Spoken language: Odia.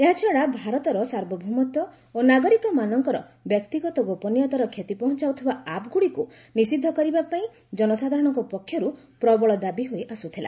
ଏହାଛଡ଼ା ଭାରତର ସାର୍ବଭୌମତ୍ସ ଓ ନାଗରିକମାନଙ୍କର ବ୍ୟକ୍ତିଗତ ଗୋପନୀୟତାର କ୍ଷତି ପହଞ୍ଚାଉଥିବା ଆପ୍ଗୁଡ଼ିକୁ ନିଷିଦ୍ଧ କରିବା ପାଇଁ ଜନସାଧାରଣଙ୍କ ପକ୍ଷରୁ ପ୍ରବଳ ଦାବି ହୋଇ ଆସ୍ତୁଥିଲା